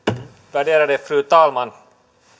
värderade fru talman